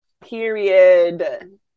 period